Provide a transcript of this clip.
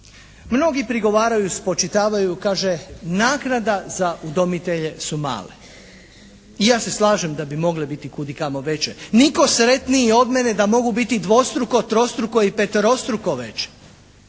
Mnogi prigovaraju, spočitavaju, kaže: “Naknade za udomitelje su male.“ I ja se slažem da bi mogle biti kud i kamo veće. Nitko sretniji od mene da mogu biti i dvostruko, trostruko i peterostruko veće.